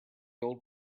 old